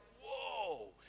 whoa